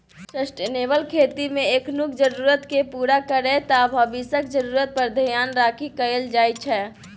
sustainable खेतीमे एखनुक जरुरतकेँ पुरा करैत आ भबिसक जरुरत पर धेआन राखि कएल जाइ छै